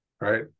right